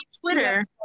Twitter